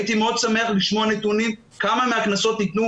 הייתי מאוד שמח לשמוע נתונים כמה מהקנסות ניתנו